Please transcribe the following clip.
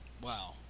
Wow